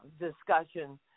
discussion